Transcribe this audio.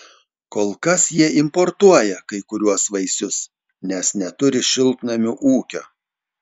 kol kas jie importuoja kai kuriuos vaisius nes neturi šiltnamių ūkio